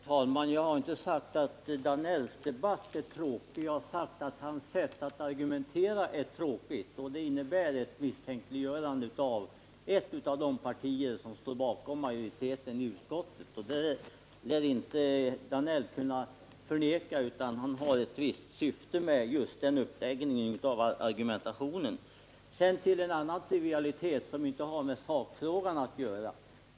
Herr talman! Jag har inte sagt att debatten är tråkig, utan jag har sagt att Georg Danells sätt att argumentera är tråkigt och det innebär också ett misstänkliggörande av ett av de partier som står bakom majoriteten i utskottet. Georg Danell lär inte kunna förneka att han har ett visst syfte med just den uppläggningen av argumentationen. Sedan till en trivialitet, som inte har med själva sakfrågan att göra.